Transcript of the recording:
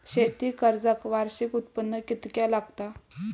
शेती कर्जाक वार्षिक उत्पन्न कितक्या लागता?